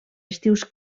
estius